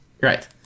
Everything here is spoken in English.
Right